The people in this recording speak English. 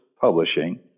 publishing